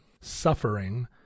suffering